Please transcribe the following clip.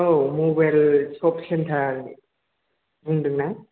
औ mobile shop centre बुंदों ना